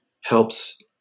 helps